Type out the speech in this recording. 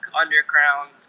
underground